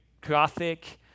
Gothic